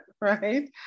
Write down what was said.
right